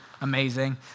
amazing